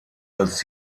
als